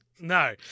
No